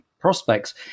prospects